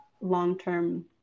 long-term